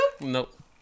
Nope